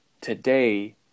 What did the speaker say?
today